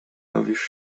dowiesz